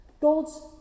God's